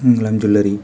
Mangalam jewellery